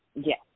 Yes